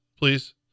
Please